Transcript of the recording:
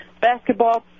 basketball